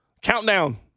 countdown